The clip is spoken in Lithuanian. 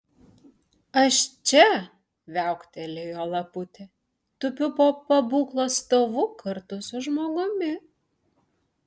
aš čia viauktelėjo laputė tupiu po pabūklo stovu kartu su žmogumi